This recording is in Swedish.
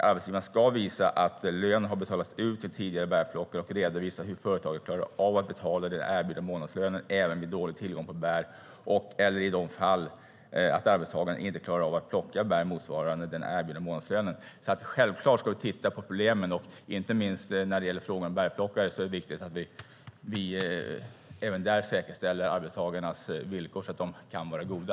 Arbetsgivaren ska visa att lön har betalats ut till tidigare bärplockare och redovisa hur företaget klarar av att betala den erbjudna månadslönen även vid dålig tillgång på bär eller i de fall arbetstagaren inte klarar av att plocka bär motsvarande den erbjudna månadslönen. Självklart ska vi titta på problemen. Inte minst när det gäller frågan om bärplockare är det viktigt att vi även där säkerställer arbetstagarnas villkor så att de kan vara goda.